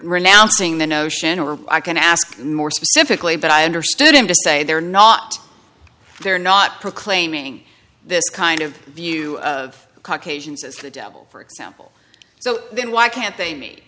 renouncing the notion or i can ask more specifically but i understood him to say they're not they're not proclaiming this kind of view of caucasians as the devil for example so then why can't they me